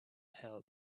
help